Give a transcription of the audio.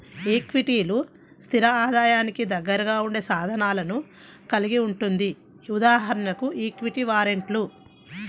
ఈక్విటీలు, స్థిర ఆదాయానికి దగ్గరగా ఉండే సాధనాలను కలిగి ఉంటుంది.ఉదాహరణకు ఈక్విటీ వారెంట్లు